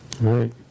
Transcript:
Right